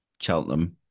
Cheltenham